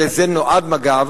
ולזה נועד מג"ב,